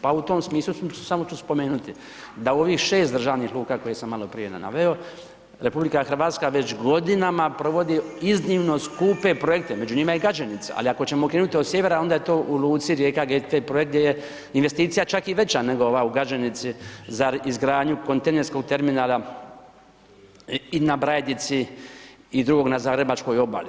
Pa u tom smislu samo ću spomenuti, da u ovih 6 državnih luka koje sam maloprije naveo, RH već godinama provodi iznimno skupe projekte, među njima je i Gaženica, ali ako ćemo krenuti od sjevera onda je to u luci Rijeka GT projekt gdje je investicija čak veća nego ova u Gaženici za izgradnju kontejnerskog terminala i na Brajdici i drugog na zagrebačkoj obali.